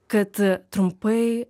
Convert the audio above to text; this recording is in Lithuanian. kad trumpai